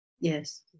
Yes